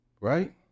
right